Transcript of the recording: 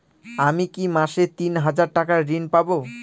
আমি কি মাসে তিন হাজার টাকার ঋণ পাবো?